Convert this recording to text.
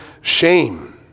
shame